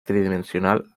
tridimensional